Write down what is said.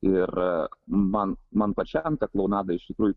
ir man man pačiam ta klounada iš tikrųjų